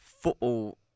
football